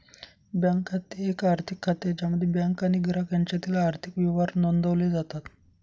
bank खाते हे एक आर्थिक खाते आहे ज्यामध्ये बँक आणि ग्राहक यांच्यातील आर्थिक व्यवहार नोंदवले जातात